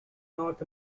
north